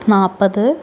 നാൽപ്പത്